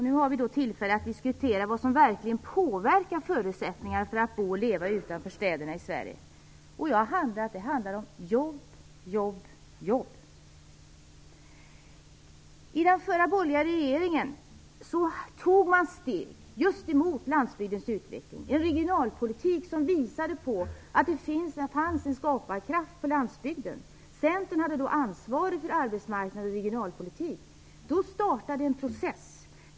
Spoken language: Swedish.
Nu har vi tillfälle att diskutera vad som verkligen påverkar förutsättningarna att bo och leva utanför städerna i Sverige. Jag hävdar att det handlar om jobb, jobb och åter jobb. I den förra borgerliga regeringen tog man steg mot en utveckling av landsbygden och en regionalpolitik som visade att det finns en skaparkraft på landsbygden. Centern hade då ansvaret för arbetsmarknad och regionalpolitik. Då startade en process.